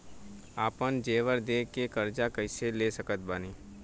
आपन जेवर दे के कर्जा कइसे ले सकत बानी?